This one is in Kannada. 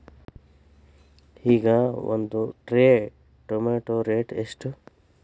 ಈಗ ಒಂದ್ ಟ್ರೇ ಟೊಮ್ಯಾಟೋ ರೇಟ್ ಎಷ್ಟ?